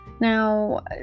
Now